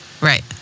Right